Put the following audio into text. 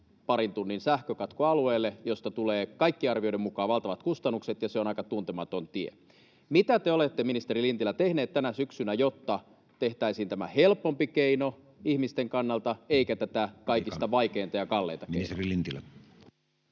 parin tunnin sähkökatko alueelle, mistä tulee kaikkien arvioiden mukaan valtavat kustannukset, ja se on aika tuntematon tie. Mitä te olette, ministeri Lintilä, tehnyt tänä syksynä, jotta tehtäisiin tämä ihmisten kannalta helpompi keino [Puhemies: Aika!] eikä tätä kaikista vaikeinta ja kalleinta keinoa?